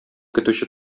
көтүче